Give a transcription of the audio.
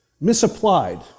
misapplied